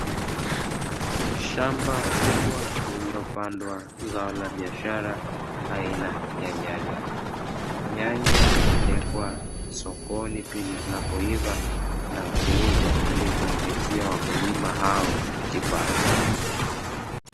Shamba kubwa lililopandwa zao la biashara aina ya nyanya. Nyanya hupelekwa sokoni pindi zinapoiva na kuuzwa ili kuwaingizia wakulima hao kipato.